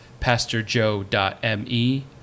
PastorJoe.me